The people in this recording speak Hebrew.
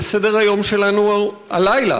על סדר-היום שלנו הלילה,